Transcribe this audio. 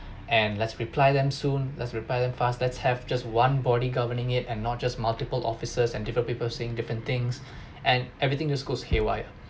and let's reply them soon let's reply them fast let's have just one body governing it and not just multiple officers and different people saying different things and everything just goes haywire